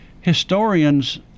Historians